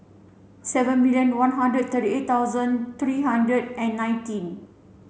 seven million one hundred thirty eight thousand three hundred and nineteen